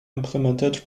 implemented